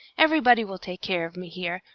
everybody will take care of me here!